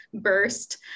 burst